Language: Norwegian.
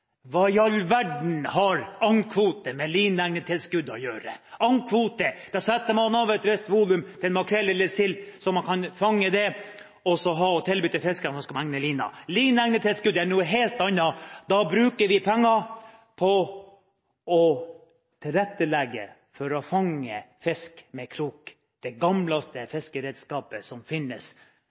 Hva i all verden har agnkvoter med lineegnetilskuddet å gjøre? Når det gjelder agnkvote, setter man av et visst volum til makrell eller sild, så man kan fange det, og så ha å tilby fiskerne som skal egne lina. Lineegnetilskuddet er noe helt annet. Da bruker vi penger på å tilrettelegge for å fange fisk med krok, det eldste fiskeredskapet som